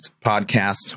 podcast